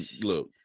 Look